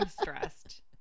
stressed